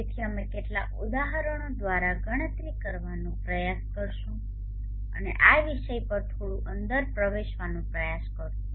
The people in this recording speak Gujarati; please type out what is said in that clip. તેથી અમે કેટલાક ઉદાહરણો દ્વારા ગણતરી કરવાનો પ્રયાસ કરીશું અને આ વિષય પર થોડું અંદર પ્રવેશવાનો પ્રયાસ કરીશું